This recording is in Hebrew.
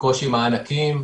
ובקושי מענקים,